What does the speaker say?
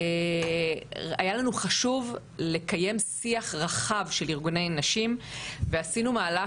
היה לנו חשוב לקיים שיח רחב של ארגוני נשים ועשינו מהלך